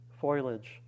foliage